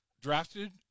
drafted